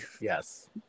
Yes